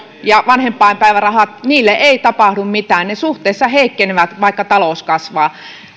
ja vanhempainpäivärahat niille ei tapahdu mitään ne suhteessa heikkenevät vaikka talous kasvaa